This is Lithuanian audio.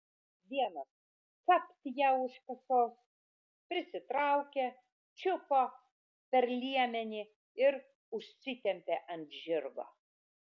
vienas capt ją už kasos prisitraukė čiupo per liemenį ir užsitempė ant žirgo